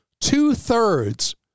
two-thirds